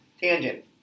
Tangent